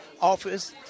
office